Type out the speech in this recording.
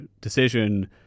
decision